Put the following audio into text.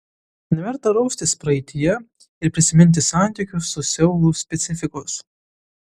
neverta raustis praeityje ir prisiminti santykių su seulu specifikos